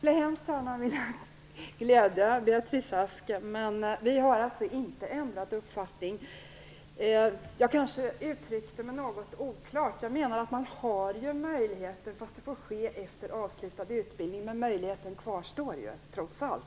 Herr talman! Jag skulle hemskt gärna vilja glädja Beatrice Ask, men Vänsterpartiet har inte ändrat uppfattning. Jag kanske uttryckte mig något oklart. Jag menar att eleverna har möjligheten till betygskomplettering fast det får ske efter avslutad utbildning. Men möjligheten kvarstår trots allt.